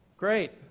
great